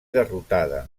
derrotada